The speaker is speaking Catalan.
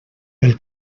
pel